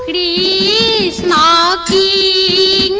e you know e